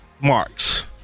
marks